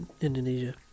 Indonesia